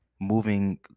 moving